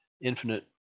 infinite